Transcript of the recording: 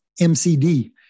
MCD